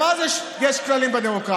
גם אז יש כללים בדמוקרטיה,